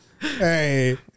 hey